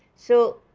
so,